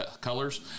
colors